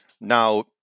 Now